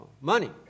money